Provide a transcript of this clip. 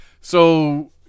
So-